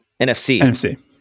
NFC